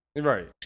Right